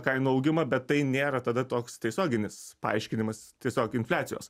kainų augimą bet tai nėra tada toks tiesioginis paaiškinimas tiesiog infliacijos